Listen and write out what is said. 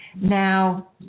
Now